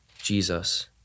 Jesus